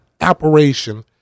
operation